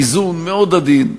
איזון מאוד עדין,